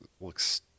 looks